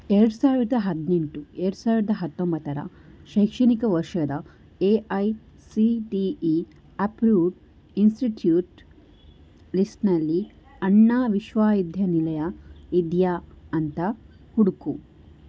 ಎರಡು ಸಾವಿರದ ಹದಿನೆಂಟು ಎರಡು ಸಾವಿರದ ಹತ್ತೊಂಬತ್ತರ ಶೈಕ್ಷಣಿಕ ವರ್ಷದ A I C T E approved institute ಲಿಸ್ಟ್ನಲ್ಲಿ ಅಣ್ಣಾ ವಿಶ್ವವಿದ್ಯಾನಿಲಯ ಇದೆಯಾ ಅಂತ ಹುಡುಕು